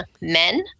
men